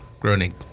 Groening